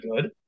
good